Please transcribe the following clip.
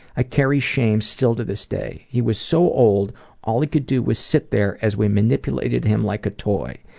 i carry shame still to this day. he was so old that all he could do was sit there as we manipulated him like a toy.